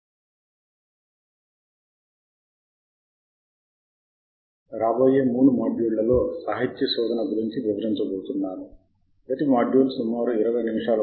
రెండు సాధనాలను ఉపయోగించి సాహిత్య సర్వే ఎలా చేయాలో మనము చర్చిస్తాము ఒకటి వెబ్ సైన్స్ మరొకటి స్కోపస్